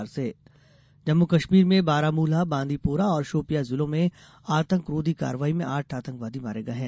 जम्मू कश्मीर मुठभेड़ जम्मू कश्मीर में बारामूला बांदीपोरा और शोपियां जिलों में आतंकरोधी कार्रवाई में आठ आतंकवादी मारे गए हैं